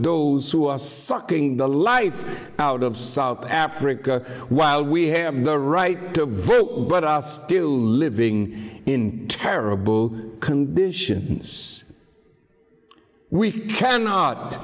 those who are sucking the life out of south africa while we have the right to vote but are still living in terrible conditions we cannot